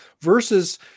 versus